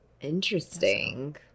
Interesting